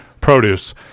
produce